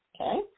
Okay